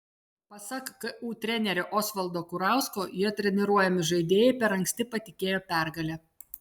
pasak ku trenerio osvaldo kurausko jo treniruojami žaidėjai per anksti patikėjo pergale